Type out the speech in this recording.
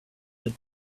that